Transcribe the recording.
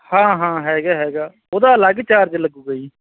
ਹਾਂ ਹਾਂ ਹੈਗਾ ਹੈਗਾ ਉਹਦਾ ਅਲੱਗ ਚਾਰਜ ਲੱਗੂਗਾ ਜੀ